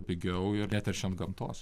pigiau ir neteršiant gamtos